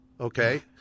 okay